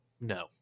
No